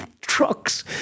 trucks